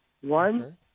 One